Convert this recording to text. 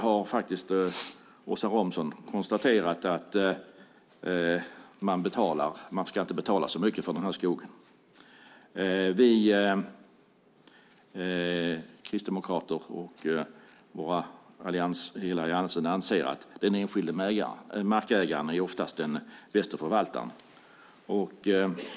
Åsa Romson har nämligen konstaterat att man inte ska betala så mycket för den här skogen, medan vi kristdemokrater och övriga i Alliansen anser att den enskilde markägaren oftast är den bästa förvaltaren.